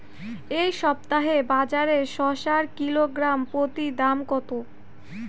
এই সপ্তাহে বাজারে শসার কিলোগ্রাম প্রতি দাম কত?